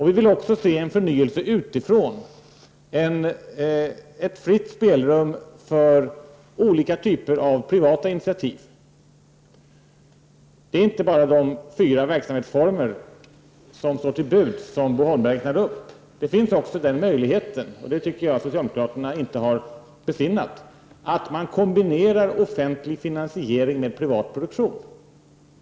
Vi vill också se en förnyelse utifrån, ett fritt spelrum för olika typer av privata initiativ. Det är inte bara de fyra verksamhetsformer som Bo Holmberg räknar upp som står till buds. Det finns också — och det tycker jag inte att socialdemokraterna har besinnat — en möjlighet att kombinera offentlig finansiering med privat produktion.